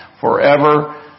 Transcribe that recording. forever